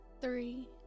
three